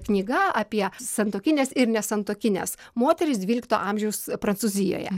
knyga apie santuokinės ir nesantuokinės moterys dvylikto amžiaus prancūzijoje